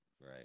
Right